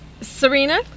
Serena